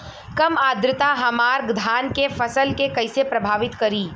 कम आद्रता हमार धान के फसल के कइसे प्रभावित करी?